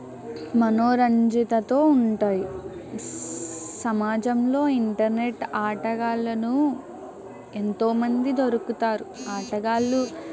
మనోరంజితతో ఉంటాయి సమాజంలో ఇంటర్నెట్ ఆటగాళ్ళను ఎంతోమంది దొరుకుతారు ఆటగాళ్ళు